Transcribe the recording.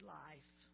life